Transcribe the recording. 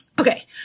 Okay